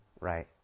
Right